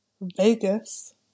Vegas